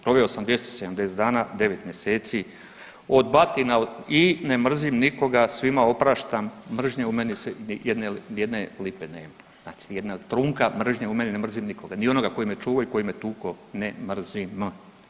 Proveo sam 270 dana, 9 mjeseci, od batina i, ne mrzim nikoga, svima opraštam, mržnje u meni ni jedne lipe nema, znači jedna trunka mržnje u meni, ne mrzim nikoga, ni onoga koji me čuvao i koji me tuko ne mrzim.